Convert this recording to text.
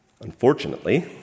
Unfortunately